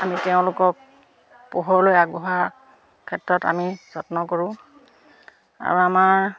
আমি তেওঁলোকক পোহৰলৈ আগবঢ়াৰ ক্ষেত্ৰত আমি যত্ন কৰোঁ আৰু আমাৰ